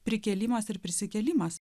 prikėlimas ir prisikėlimas